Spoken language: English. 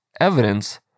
Evidence